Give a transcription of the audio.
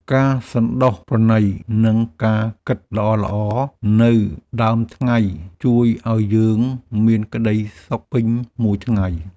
ការសន្តោសប្រណី និងការគិតល្អៗនៅដើមថ្ងៃ ជួយឱ្យយើងមានក្តីសុខពេញមួយថ្ងៃ។